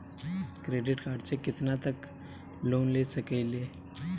Credit card से कितना तक लोन ले सकईल?